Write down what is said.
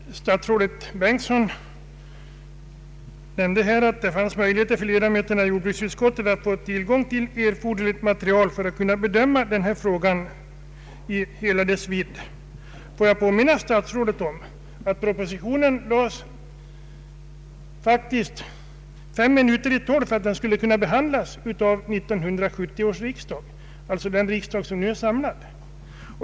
Herr talman! Statsrådet Bengtsson nämnde här att ledamöterna i jordbruksutskottet hade möjlighet att få tillgång till erforderligt material för att kunna bedöma denna fråga i hela dess vidd. Får jag påminna statsrådet om att propositionen faktiskt lades fem minuter i 12 för att den skulle kunna behandlas av 1970 års riksdag, alltså den riksdag som nu är samlad.